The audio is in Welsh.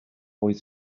oedd